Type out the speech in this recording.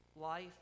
life